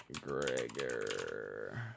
Gregor